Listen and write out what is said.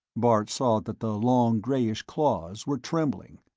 bart saw that the long grayish claws were trembling.